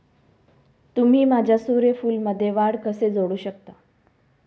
तुम्ही माझ्या सूर्यफूलमध्ये वाढ कसे जोडू शकता?